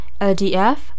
LDF